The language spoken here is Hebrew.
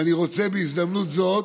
ואני רוצה בהזדמנות זו,